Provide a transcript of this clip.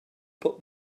put